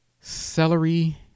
celery